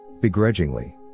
Begrudgingly